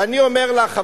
ואני אומר לך,